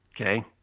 okay